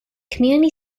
community